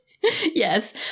Yes